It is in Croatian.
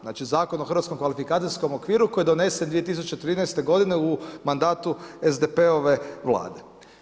Znači Zakon o hrvatskom kvalifikacijskom okviru koji je donesen 2013. g. u mandatu SDP-ove vlade.